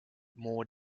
more